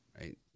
right